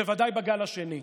בוודאי בגל השני.